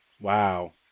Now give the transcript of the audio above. Wow